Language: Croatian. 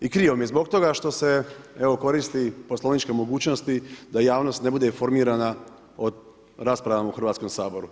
I krivo mi je zbog toga što se evo, koristi poslovničke mogućnosti da javnost ne bude informirana o raspravama u Hrvatskom saboru.